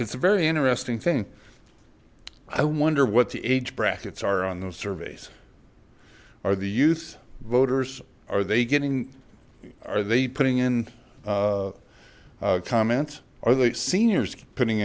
it's a very interesting thing i wonder what the age brackets are on those surveys are the youth voters are they getting are they putting in comments are they seniors putting